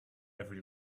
every